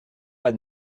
pas